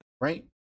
Right